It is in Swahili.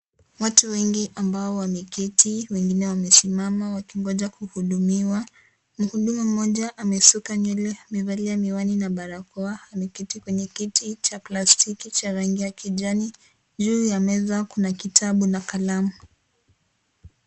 Watu wengi ambao wameketi wengine wamesimama wakingoja kuhudumiwa. Mhudumu mmoja amesuka nywele amevalia miwani na barakoa ameketi kwenye kiti cha plastiki cha rangi ya kijani juu ya meza kuna kitabu na kalamu.